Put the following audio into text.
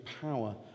power